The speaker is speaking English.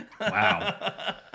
Wow